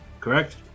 correct